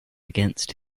against